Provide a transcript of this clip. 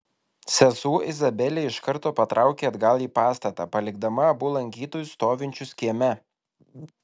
sesuo izabelė iš karto patraukė atgal į pastatą palikdama abu lankytojus stovinčius kieme